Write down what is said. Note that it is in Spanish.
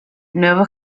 nuevo